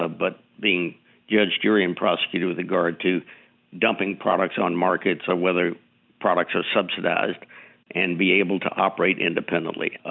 ah but being judge, jury and prosecutor with regard to dumping products on markets or whether products are subsidized and able to operate independently? ah